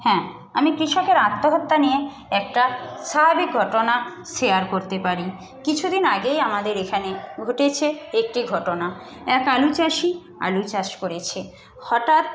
হ্যাঁ আমি কৃষকের আত্মহত্যা নিয়ে একটা স্বাভাবিক ঘটনা শেয়ার করতে পারি কিছুদিন আগেই আমাদের এখানে ঘটেছে একটি ঘটনা এক আলু চাষি আলু চাষ করেছে হঠাৎ